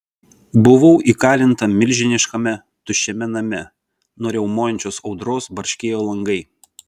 buvau įkalinta milžiniškame tuščiame name nuo riaumojančios audros barškėjo langai